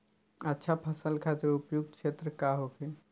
अच्छा फसल खातिर उपयुक्त क्षेत्र का होखे?